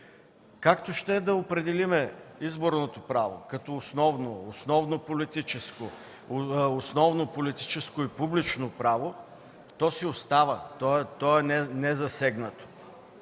Както и да определим изборното право – като основно политическо и публично право, то си остава, то е незасегнато.